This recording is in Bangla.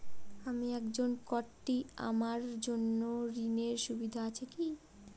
আমি একজন কট্টি আমার জন্য ঋণের সুবিধা আছে কি?